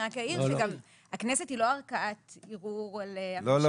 אני רק אעיר שהכנסת היא לא ערכאת ערעור על הממשלה,